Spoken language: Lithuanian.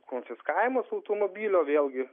konfiskavimas automobilio vėlgi